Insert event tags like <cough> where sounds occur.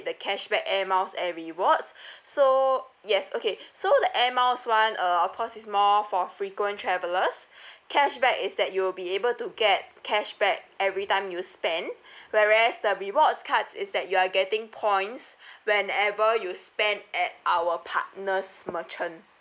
cashback air miles and rewards <breath> so yes okay <breath> so the air miles one uh of course is more for frequent travellers <breath> cashback is that you'll be able to get cashback every time you spend <breath> whereas the rewards cards is that you are getting points <breath> whenever you spend at our partners merchant